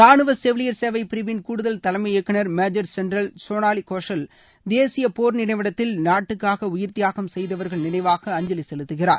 ரானுவ செவிலியர் சேவை பிரிவின் கூடுதல் தலைமை இயக்குநர் மேஜர் ஜென்ரல் சோனாலி கோஷல் தேசிய போர் நினைவிடத்தில் நாட்டுக்காக உயர்த்தியாகம் செய்தவர்கள் நினைவாக அஞ்சலி செலுத்துவார்